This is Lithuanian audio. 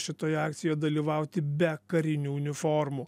šitoje akcijoje dalyvauti be karinių uniformų